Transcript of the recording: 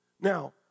Now